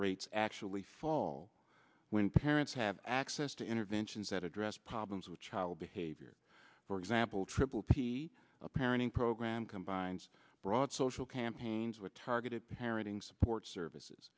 rates actually fall when parents have access to interventions that address problems with child behavior for example triple p parenting program combines broad social campaigns with targeted parenting support services